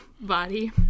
body